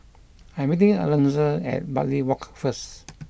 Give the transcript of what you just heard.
I am meeting Alonza at Bartley Walk first